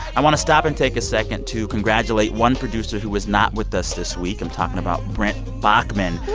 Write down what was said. i want to stop and take a second to congratulate one producer who was not with us this week. i'm talking about brent baughman.